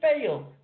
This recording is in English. fail